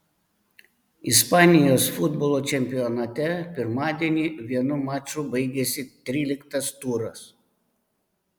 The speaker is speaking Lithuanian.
ispanijos futbolo čempionate pirmadienį vienu maču baigėsi tryliktas turas